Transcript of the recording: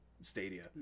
Stadia